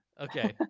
okay